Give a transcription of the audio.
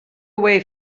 away